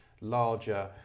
larger